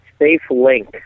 SafeLink